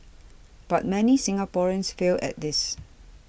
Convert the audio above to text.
but many Singaporeans fail at this